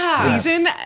season